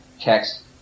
text